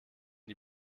die